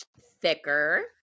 thicker